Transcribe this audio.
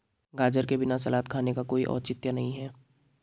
गाजर के बिना सलाद खाने का कोई औचित्य नहीं है